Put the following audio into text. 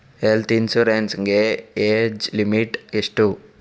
Health insurance ಗೆ age limit ಎಷ್ಟು?